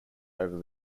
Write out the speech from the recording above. over